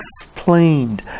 explained